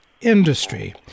industry